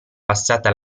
passata